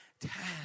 task